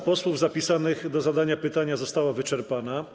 Lista posłów zapisanych do zadania pytania została wyczerpana.